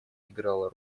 играла